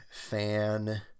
fan